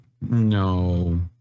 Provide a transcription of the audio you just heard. no